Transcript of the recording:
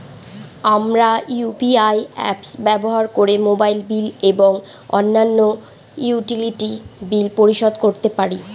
আমরা UPI apps ব্যবহার করে মোবাইল বিল এবং অন্যান্য ইউটিলিটি বিল পরিশোধ করতে পারি